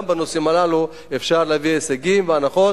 גם בנושאים הללו אפשר להביא הישגים והנחות,